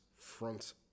front